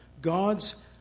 God's